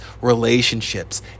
relationships